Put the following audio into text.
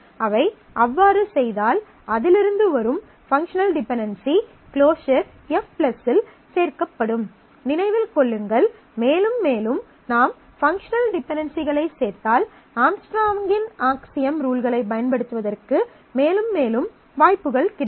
அவை அவ்வாறு செய்தால் அதிலிருந்து வரும் பங்க்ஷனல் டிபென்டென்சி க்ளோஸர் F இல் சேர்க்கப்படும் நினைவில் கொள்ளுங்கள் மேலும் மேலும் நாம் பங்க்ஷனல் டிபென்டென்சிகளை சேர்த்தால் ஆம்ஸ்ட்ராங்கின் ஆக்சியம் ரூல்களைப் பயன்படுத்துவதற்கு மேலும் மேலும் வாய்ப்புகள் கிடைக்கும்